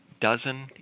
dozen